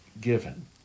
given